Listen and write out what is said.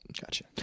Gotcha